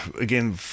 again